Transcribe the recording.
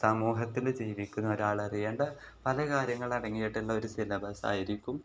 സമൂഹത്തിൽ ജീവിക്കുന്ന ഒരാളറിയേണ്ട പല കാര്യങ്ങളടങ്ങിയിട്ടുള്ള ഒരു സിലബസ്സായിരിക്കും